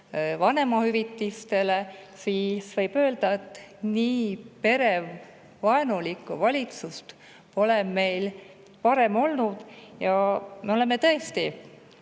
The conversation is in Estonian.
vanemahüvitistele –, siis võib öelda, et nii perevaenulikku valitsust pole meil varem olnud. Me oleme tõesti